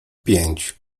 pięć